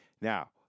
Now